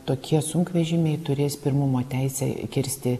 tokie sunkvežimiai turės pirmumo teisę kirsti